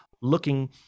looking